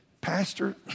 Pastor